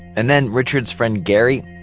and then richard's friend, gary,